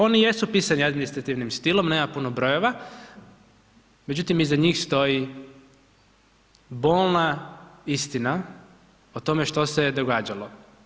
Oni jesu pisani administrativnim stilom, nema puno brojeva, međutim iza njih stoji bolna istina o tome što se je događalo.